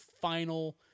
final